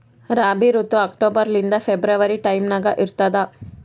ರಾಬಿ ಋತು ಅಕ್ಟೋಬರ್ ಲಿಂದ February time ನಾಗ ಇರ್ತದ